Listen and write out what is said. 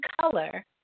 color